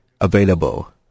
available